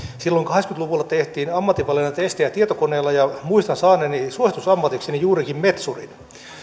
silloin kahdeksankymmentä luvulla tehtiin ammatinvalinnan testejä tietokoneilla ja muistan saaneeni suositusammatikseni juurikin metsurin